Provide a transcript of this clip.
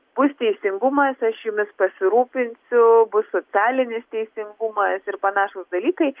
bus teisingumas aš jumis pasirūpinsiu bus socialinis teisingumas ir panašūs dalykai